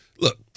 Look